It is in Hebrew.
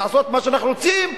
לעשות מה שאנחנו רוצים,